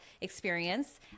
experience